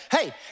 Hey